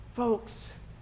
Folks